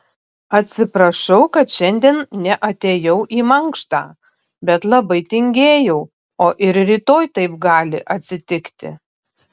atsiprašau kad šiandien neatėjau į mankštą bet labai tingėjau o ir rytoj taip gali atsitikti